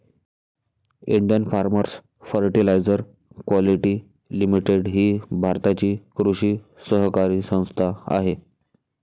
Indian farmers fertiliser quality limited ही भारताची कृषी सहकारी संस्था आहे